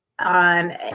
On